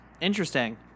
interesting